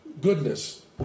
goodness